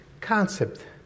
concept